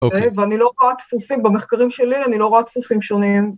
אוקיי, ואני לא רואה דפוסים. במחקרים שלי, אני לא רואה דפוסים שונים.